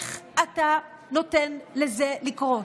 אבי דיכטר, איך אתה נותן לזה לקרות?